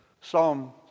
Psalm